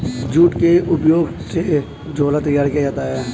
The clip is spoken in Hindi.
जूट के उपयोग से झोला तैयार किया जाता है